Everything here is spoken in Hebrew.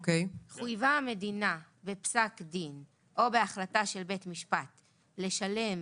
(ו) חויבה המדינה בפסק דין או בהחלטה של בית משפט לשלם